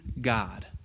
God